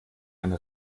eine